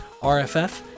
RFF